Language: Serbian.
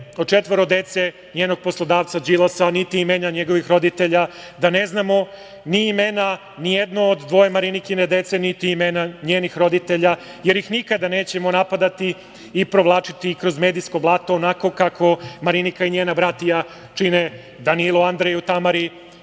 od četvoro dece njenog poslodavca Đilasa, niti imena njegovih roditelja, da ne znamo ni imena nijedno od dvoje Marinikine dece, niti imena njenih roditelja, jer ih nikada nećemo napadati i provlačiti kroz medijsko blato, onako kako Marinika i njena bratija čine Danilu, Andreju, Tamari,